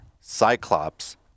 Cyclops